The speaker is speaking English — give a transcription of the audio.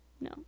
no